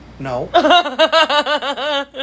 no